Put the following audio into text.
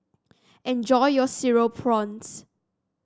enjoy your Cereal Prawns